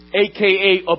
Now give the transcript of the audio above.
aka